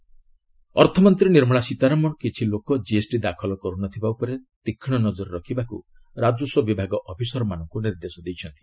ସୀତାରମଣ କୋଲକାତା ଅର୍ଥମନ୍ତ୍ରୀ ନିର୍ମଳା ସୀତାରମଣ କିଛିଲୋକ ଜିଏସ୍ଟି ଦାଖଲ କରୁନଥିବା ଉପରେ ତୁକ୍ଷ୍କ ନକର ରଖିବାକୁ ରାଜସ୍ୱ ବିଭାଗ ଅଫିସରମାନଙ୍କୁ ନିର୍ଦ୍ଦେଶ ଦେଇଛନ୍ତି